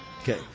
okay